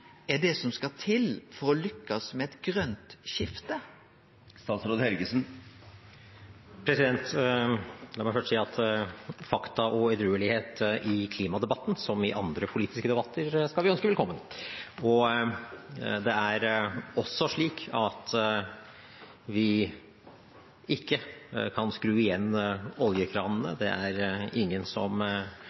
er det som skal til for å lukkast med eit grønt skifte? La meg først si at fakta og edruelighet i klimadebatten – som i andre politiske debatter – skal vi ønske velkommen. Det er også slik at vi ikke kan skru igjen oljekranene. Det er ingen som